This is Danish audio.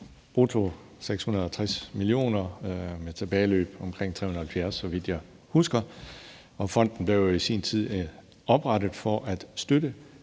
brutto 650 mio. kr.; med tilbageløb er det omkring 370 mio. kr., så vidt jeg husker. Fonden blev i sin tid oprettet for at støtte